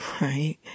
right